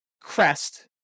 crest